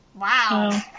Wow